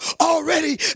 already